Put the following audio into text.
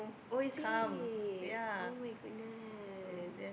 oh is it [oh]-my-goodness